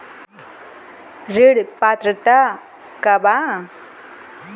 ऋण पात्रता का बा?